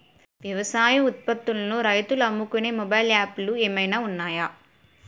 వ్యవసాయ ఉత్పత్తులను రైతులు అమ్ముకునే మొబైల్ యాప్ లు ఏమైనా ఉన్నాయా?